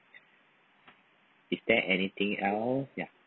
is there anything else ya